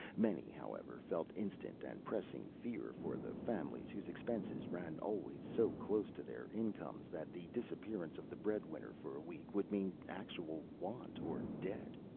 many, however, felt instant and pressing fear for the families whose expenses ran always so close to their incomes that the disappearance of the breadwinner for a week would mean actual want or debt.